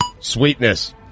Sweetness